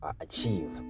achieve